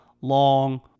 long